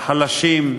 לחלשים,